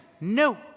No